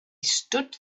stood